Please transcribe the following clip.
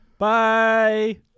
Bye